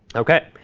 ok,